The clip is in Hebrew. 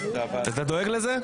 אתה דואג לזה?